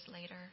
later